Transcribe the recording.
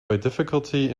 difficulty